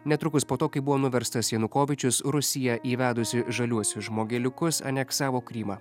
netrukus po to kai buvo nuverstas janukovyčius rusija įvedusi žaliuosius žmogeliukus aneksavo krymą